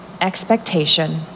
expectation